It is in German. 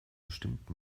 bestimmt